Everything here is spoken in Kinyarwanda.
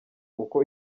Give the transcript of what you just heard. uko